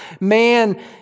man